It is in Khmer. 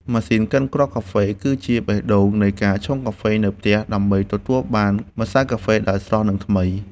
ម៉ាស៊ីនកិនគ្រាប់កាហ្វេ គឺជាបេះដូងនៃការឆុងកាហ្វេនៅផ្ទះ ដើម្បីទទួលបានម្សៅកាហ្វេដែលស្រស់ និងថ្មី។